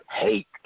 hate